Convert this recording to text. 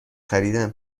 خریدن